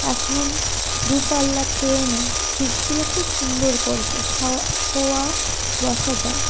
এখন দূরপাল্লার ট্রেনে সিটগুলো খুব সুন্দর করেছে শোয়া বসা যায়